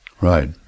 Right